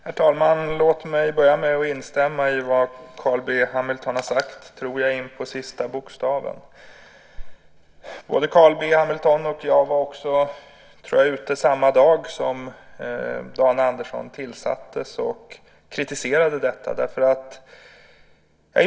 Herr talman! Låt mig börja med att in på sista bokstaven få instämma i vad Carl B Hamilton har sagt. Både Carl B Hamilton och jag var samma dag som Dan Andersson tillsattes ute med kritik mot detta.